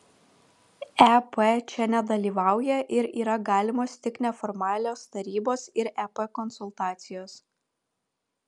ep čia nedalyvauja ir yra galimos tik neformalios tarybos ir ep konsultacijos